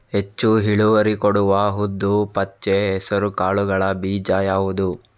ಹೆಚ್ಚು ಇಳುವರಿ ಕೊಡುವ ಉದ್ದು, ಪಚ್ಚೆ ಹೆಸರು ಕಾಳುಗಳ ಬೀಜ ಯಾವುದು?